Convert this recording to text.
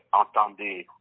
entendez